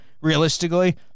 realistically